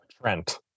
Trent